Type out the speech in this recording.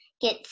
get